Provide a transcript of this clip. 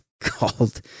called